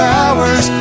hours